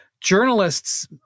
journalists